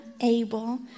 able